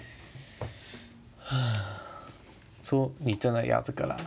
so 你真的要这个 lah